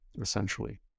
essentially